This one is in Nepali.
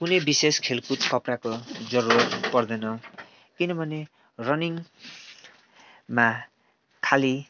कुनै विशेष खेलकुद कपडाको जरुरत पर्दैन किनभने रनिङमा खालि